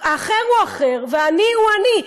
"האחר הוא אחר ואני הוא אני".